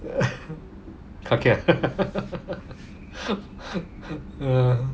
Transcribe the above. kake ah